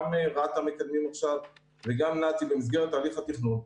רת"א מקדמים עכשיו וגם נת"י במסגרת תהליך התכנון,